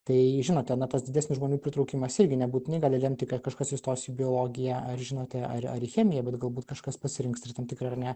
tai žinote na tas didesnis žmonių pritraukimas irgi nebūtinai gali lemti kad kažkas įstos į biologiją ar žinote ar ar į chemiją bet galbūt kažkas pasirinks ir tam tikrą ar ne